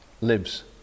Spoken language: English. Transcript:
lives